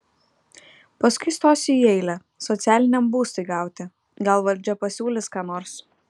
paskui stosiu į eilę socialiniam būstui gauti gal valdžia pasiūlys ką nors